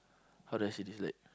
how do I say this like